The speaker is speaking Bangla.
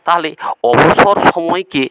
তাহলে অবসর সময়কে